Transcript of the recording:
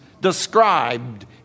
described